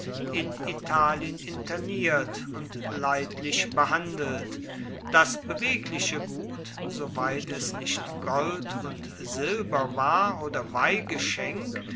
in italien interniert und leidlich behandelt das bewegliche gut soweit es nicht gold und silber war oder